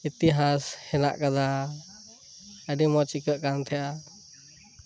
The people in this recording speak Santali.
ᱤᱛᱤᱦᱟᱥ ᱢᱮᱱᱟᱜ ᱟᱠᱟᱫᱟᱟᱹᱰᱤ ᱢᱚᱸᱡᱽ ᱟᱹᱭᱠᱟᱹᱜ ᱠᱟᱱ ᱛᱟᱦᱮᱱᱟ